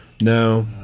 no